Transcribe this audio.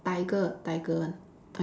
tiger tiger one